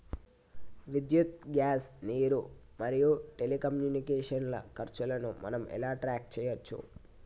విద్యుత్ గ్యాస్ నీరు మరియు టెలికమ్యూనికేషన్ల ఖర్చులను మనం ఎలా ట్రాక్ చేయచ్చు?